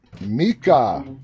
Mika